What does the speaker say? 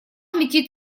летит